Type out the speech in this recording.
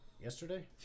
Yesterday